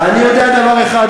אני יודע דבר אחד,